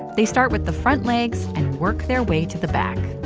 they start with the front legs and work their way to the back.